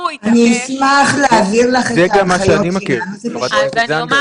זה גם מה שאני מכיר, ח"כ זנדברג.